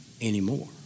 anymore